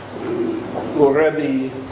already